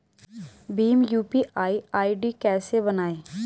Bhim UPI ID कैसे बनाएं?